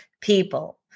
people